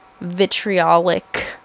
vitriolic